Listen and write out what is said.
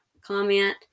comment